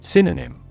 Synonym